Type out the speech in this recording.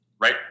right